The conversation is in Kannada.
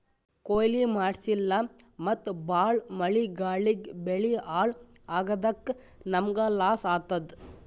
ಕೊಯ್ಲಿ ಮಾಡ್ಸಿಲ್ಲ ಮತ್ತ್ ಭಾಳ್ ಮಳಿ ಗಾಳಿಗ್ ಬೆಳಿ ಹಾಳ್ ಆಗಾದಕ್ಕ್ ನಮ್ಮ್ಗ್ ಲಾಸ್ ಆತದ್